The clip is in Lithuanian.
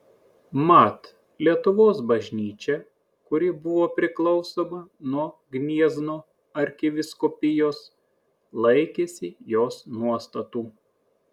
mat lietuvos bažnyčia kuri buvo priklausoma nuo gniezno arkivyskupijos laikėsi jos nuostatų